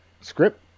script